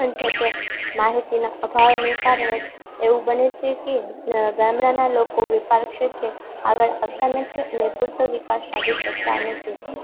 પણ જેતે માહિતીના અભાવને કારણેજ એવું બને છેકે ગામડાના લોકો વેપાર ક્ષેત્રે આગળ આવતા નથી અને પૂરતો વિકાસ સાધી શકતા નથી